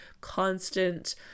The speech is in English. constant